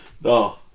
No